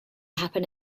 happen